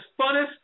funnest